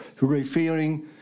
referring